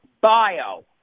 Bio